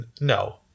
no